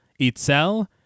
Itzel